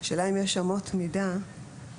השאלה היא: האם יש אמות מידה מהותיות,